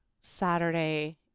Saturday